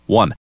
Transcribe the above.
one